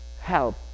help